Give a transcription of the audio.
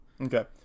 okay